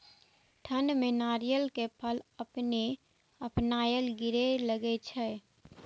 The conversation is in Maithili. ठंड में नारियल के फल अपने अपनायल गिरे लगए छे?